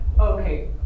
Okay